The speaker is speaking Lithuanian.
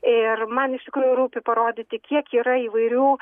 ir man iš tikrųjų rūpi parodyti kiek yra įvairių